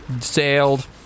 sailed